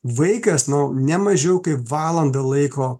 vaikas nu nemažiau kaip valandą laiko